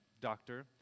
doctor